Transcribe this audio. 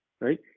Right